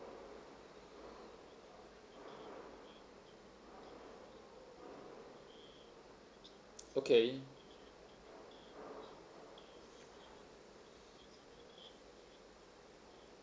okay